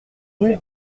rue